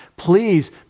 Please